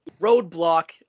roadblock